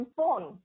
phone